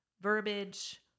verbiage